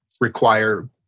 require